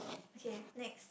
okay next